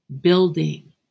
building